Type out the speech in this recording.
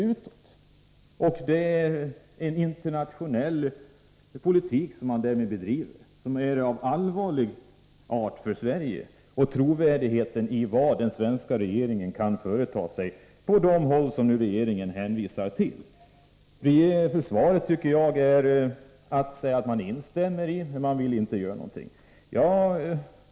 Därmed är det en internationell politik som man bedriver, en politik som är av allvarlig art för Sverige och för trovärdigheten beträffande vad den svenska regeringen kan företa sig på de håll som regeringen nu hänvisar till. Svaret innebär att man instämmer i synpunkterna men inte vill göra någonting.